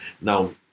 Now